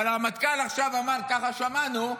אבל הרמטכ"ל עכשיו אמר, ככה שמענו: